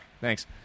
Thanks